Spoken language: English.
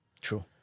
True